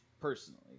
personally